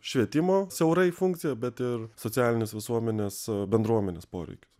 švietimo siaurai funkciją bet ir socialinius visuomenės bendruomenės poreikius